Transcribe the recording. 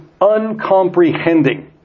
uncomprehending